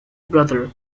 brother